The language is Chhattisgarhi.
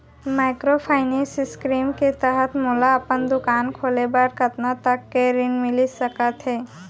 माइक्रोफाइनेंस स्कीम के तहत मोला अपन दुकान खोले बर कतना तक के ऋण मिलिस सकत हे?